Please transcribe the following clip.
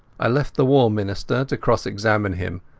i left the war minister to cross-examine him,